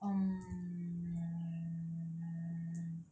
um